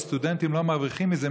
והסטודנטים לא מרוויחים מזה.